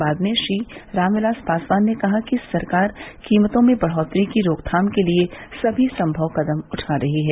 बाद में श्री रामविलास पासवान ने कहा कि सरकार कीमतों में बढ़ोतरी की रोकथाम के लिए सभी संभव कदम उठा रही है